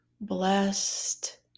blessed